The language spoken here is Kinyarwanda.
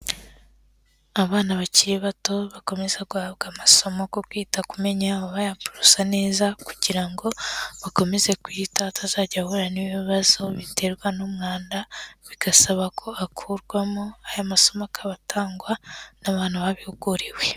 Abana bakiri bato bakomeza guhabwa amasomo ku kwita ku menyo y'abo bayaborosa neza, kugira ngo bakomeze kuyitaho atazajya ahura n'ibibazo biterwa n'umwanda bigasaba ko akurwamo, aya masomo akaba atangwa n'abantu babihuguriwe.